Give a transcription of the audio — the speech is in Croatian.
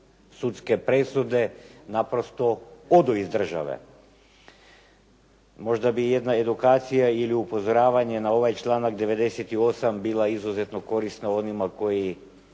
sudske presude naprosto odu iz države. Možda bi jedna edukacija ili upozoravanje na ovaj članak 98. bila izuzetno korisna onima koji